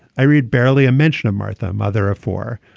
i read barely a mention of martha, a mother of four.